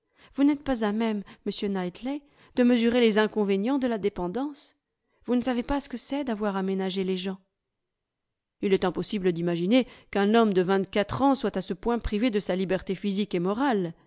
vous n'êtes pas à même m knightley de mesurer les inconvénients de la dépendance vous ne savez pas ce que c'est d'avoir à ménager les gens il est impossible d'imaginer qu'un homme de vingt-quatre ans soit à ce point privé de sa liberté physique et morale